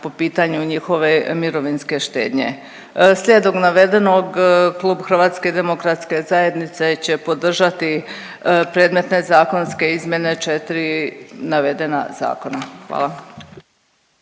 po pitanju njihove mirovinske štednje. Slijedom navedenog, Klub HDZ-a će podržati predmetne zakonske izmjene 4 navedena zakona. Hvala.